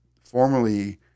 formerly